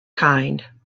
kind